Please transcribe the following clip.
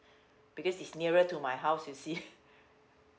because it's nearer to my house you see